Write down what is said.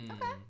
Okay